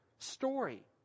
story